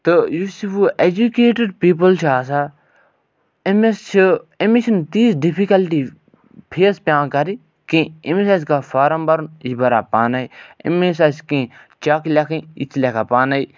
تہٕ یُس یہِ وۅنۍ ایجوٗکیٹِڈ پیٖپُل چھِ آسان أمِس چھِ أمِس چھِ نہٕ تیٖژ ڈِفِکَلٹی فیس پٮ۪وان کَرٕنۍ کیٚنٛہہ أمِس آسہِ کانٛہہ فارَم بَرُن یہِ چھِ بَران پانَے أمِس آسہِ کیٚنٛہہ چیک لیٚکھٕنۍ یہِ تہِ چھُ لیٚکھان پانَے